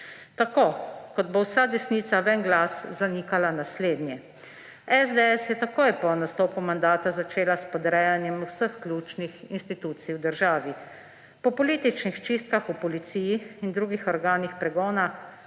Tako kot bo vsa desnica v en glas zanikala naslednje: SDS je takoj po nastopu mandata začela s podrejanjem vseh ključnih institucij v državi. Po političnih čistkah v policiji in drugih organih pregona,